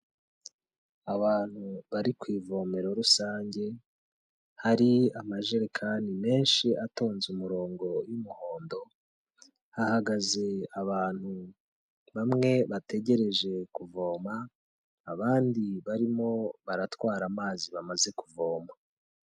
Abantu bari ku ivomero rusange, hari amajerekani menshi atonze umurongo y'umuhondo, hahagaze abantu bamwe bategereje kuvoma, abandi barimo baratwara amazi bamaze kuvoma.